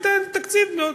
שתיתן תקציב.